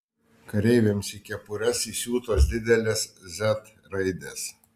kareiviams į kepures įsiūtos didelės z raidės